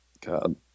God